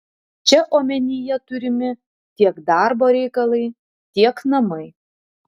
čia omenyje turimi tiek darbo reikalai tiek namai